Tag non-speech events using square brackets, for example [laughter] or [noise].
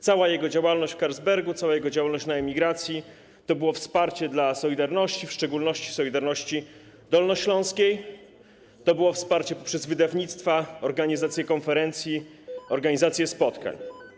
Cała jego działalność w Carlsbergu, cała jego działalność na emigracji to było wsparcie dla „Solidarności”, w szczególności „Solidarności” dolnośląskiej, to było wsparcie poprzez wydawnictwa, organizację [noise] konferencji, organizację spotkań.